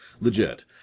legit